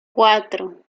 cuatro